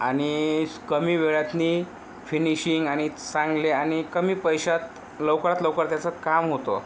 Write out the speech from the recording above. आणि कमी वेळात फिनिशिंग आणि चांगली आणि कमी पैशात लवकरात लवकर त्याचं काम होतं